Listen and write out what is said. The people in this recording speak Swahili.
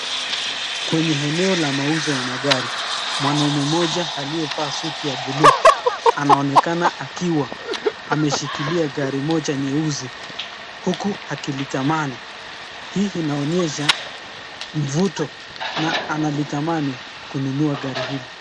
Kwenye eneo la mauzo ya magari, mwanaume mmoja akiyevaa suti ya blue ,anaonekana akiwa ameshikilia gari moja nyeusi huku akilitamani, hii inaonyesha mvuto na analitamani kununua gari hili.